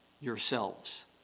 yourselves